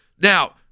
Now